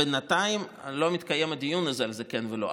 בינתיים לא מתקיים הדיון הזה על זה כן ולא.